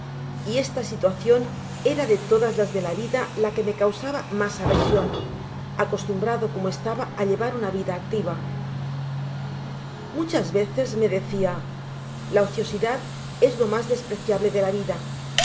y esta situacion era de todas las de la vida la que me causaba mas aversion acostumbrado como estaba á llevar una vida activa muchas veces me decia la ociosidad es lo mas despreciable de la vida